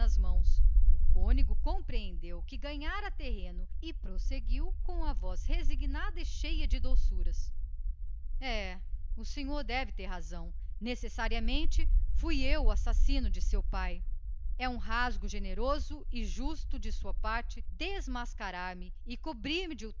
mãos o padre compreendeu que ganhara terreno e prosseguiu na sua voz untuosa e resignada é o senhor deve ter razão fui eu naturalmente o assassino de seu pai é um rasgo generoso e justo de sua parte desmascarar me e cobrir-me de